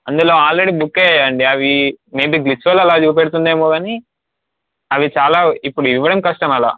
అందులో already book అయ్యాయి అండి అవి మేబి బిగ్షోలో అలా చూపెడుతుంది ఏమో కానీ అవి చాలా ఇప్పుడు ఇవ్వడం కష్టం అలా